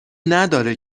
نداره